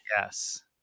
Yes